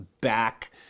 back